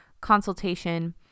consultation